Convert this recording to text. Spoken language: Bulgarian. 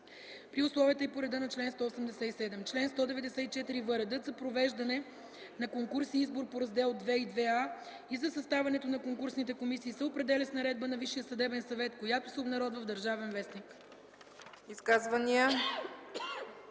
при условията и по реда на чл. 187. Чл. 194в. Редът за провеждане на конкурси и избор по Раздели ІІ и ІІа и за съставянето на конкурсните комисии се определя с наредба на Висшия съдебен съвет, която се обнародва в „Държавен вестник”.”